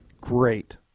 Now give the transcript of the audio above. Great